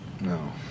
No